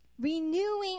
Renewing